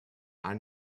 are